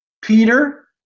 Peter